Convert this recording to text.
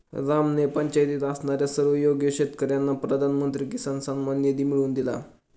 रामने पंचायतीत असणाऱ्या सर्व योग्य शेतकर्यांना पंतप्रधान किसान सन्मान निधी मिळवून दिला